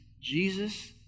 Jesus